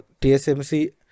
tsmc